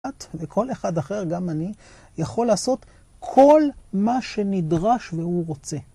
וכל אחד אחר, גם אני, יכול לעשות כל מה שנדרש והוא רוצה.